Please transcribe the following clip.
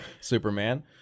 Superman